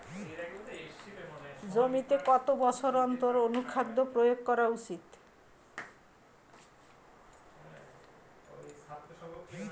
জমিতে কত বছর অন্তর অনুখাদ্য প্রয়োগ করা উচিৎ?